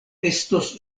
estos